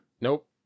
Nope